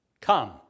come